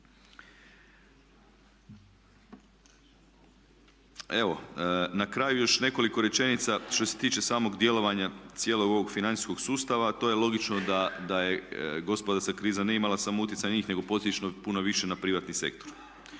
Evo, na kraju još nekoliko rečenica što se tiče samog djelovanja cijelog ovog financijskog sustava, a to je logično da je gospodarska kriza ne imala samo utjecaj na njih nego posredno i puno više na privatni sektor.